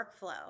workflow